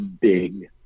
big